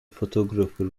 photographer